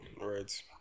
right